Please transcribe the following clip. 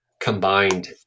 combined